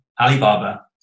Alibaba